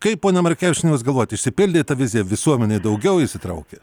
kaip ponia markevičiene jūs galvojat išsipildė ta vizija visuomenė daugiau įsitraukė